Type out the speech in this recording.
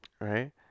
Right